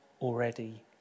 already